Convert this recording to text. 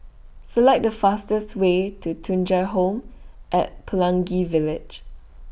Select The fastest Way to Thuja Home At Pelangi Village